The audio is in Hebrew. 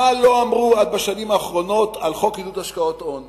מה לא אמרו בשנים האחרונות על חוק עידוד השקעות הון?